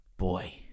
Boy